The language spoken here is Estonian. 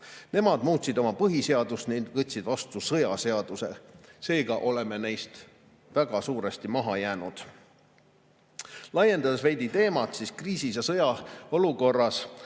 Nemad muutsid oma põhiseadust ning võtsid vastu sõjaseaduse. Seega oleme neist väga suuresti maha jäänud. Laiendan veidi teemat. Kriisis ja sõjaolukorras